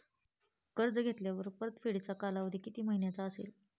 कर्ज घेतल्यावर परतफेडीचा कालावधी किती महिन्यांचा असेल?